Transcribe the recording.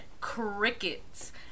crickets